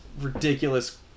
ridiculous